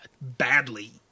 Badly